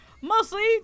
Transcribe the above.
Mostly